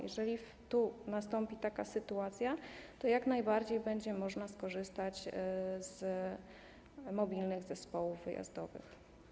Jeżeli będzie taka sytuacja, to jak najbardziej będzie można skorzystać z mobilnych zespołów wyjazdowych.